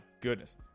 goodness